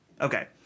Okay